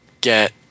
get